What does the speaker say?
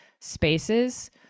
spaces